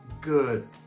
good